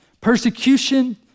Persecution